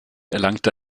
erlangte